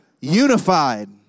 unified